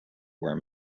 where